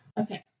okay